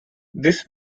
this